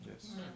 Yes